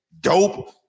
dope